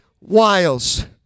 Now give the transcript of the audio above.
wiles